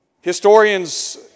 historians